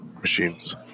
machines